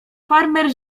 farmer